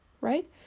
right